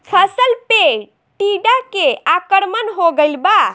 फसल पे टीडा के आक्रमण हो गइल बा?